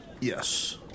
Yes